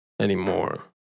anymore